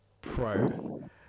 Pro